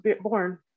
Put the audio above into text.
born